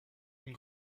une